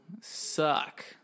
suck